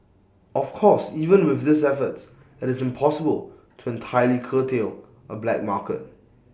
of course even with these efforts IT is impossible to entirely curtail A black market